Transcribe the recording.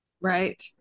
right